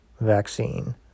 vaccine